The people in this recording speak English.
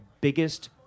biggest